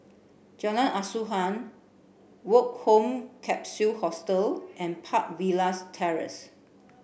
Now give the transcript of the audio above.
Jalan Asuhan Woke Home Capsule Hostel and Park Villas Terrace